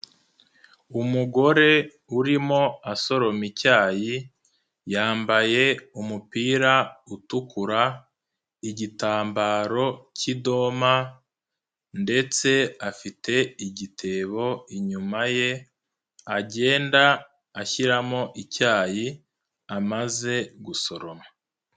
Umugore urimo asoroma icyayi, yambaye umupira utukura, igitambaro cy'idoma ndetse afite igitebo inyuma ye, agenda ashyiramo icyayi amaze gusoroma.